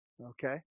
Okay